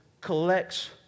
collects